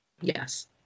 yes